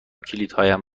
کلیدهایم